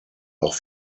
auch